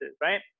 right